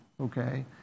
okay